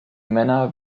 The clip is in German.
männer